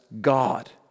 God